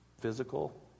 physical